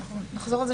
אנחנו נחזור על זה